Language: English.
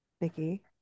Nikki